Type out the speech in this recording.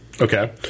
Okay